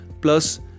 plus